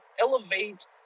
elevate